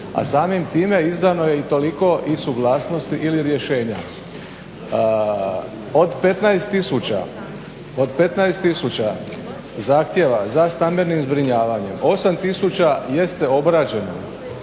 a samim time izdano je i toliko i suglasnosti ili rješenja. Od 15 tisuća zahtjeva za stambenim zbrinjavanjem 8 tisuća jeste obrađeno